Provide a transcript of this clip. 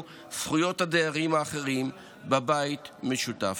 זכויות הדיירים האחרים בבית המשותף.